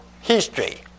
history